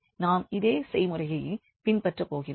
எனவே நாம் இதே செய்முறையை பின்பற்ற போகிறோம்